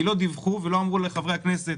כי לא דיווחו ולא אמרו לחברי הכנסת